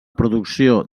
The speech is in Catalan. producció